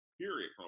period